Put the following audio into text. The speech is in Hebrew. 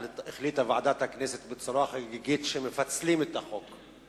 החליטה ועדת הכנסת בצורה חגיגית שמפצלים את החוק,